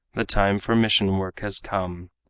the time for mission work has come.